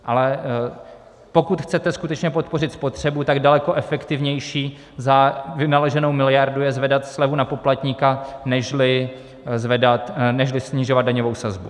Ale pokud chcete skutečně podpořit spotřebu, tak daleko efektivnější za vynaloženou miliardu je zvedat slevu na poplatníka nežli snižovat daňovou sazbu.